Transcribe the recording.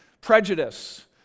prejudice